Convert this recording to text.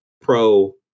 Pro